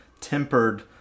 tempered